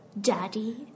Daddy